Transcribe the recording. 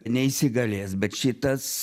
neįsigalės bet šitas